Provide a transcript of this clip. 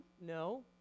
No